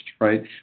right